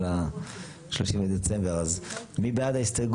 מי נגד?